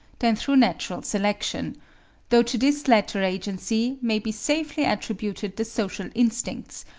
than through natural selection though to this latter agency may be safely attributed the social instincts,